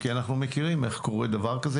אנחנו מכירים איך קורה דבר כזה.